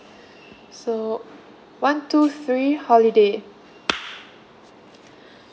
so one two three holiday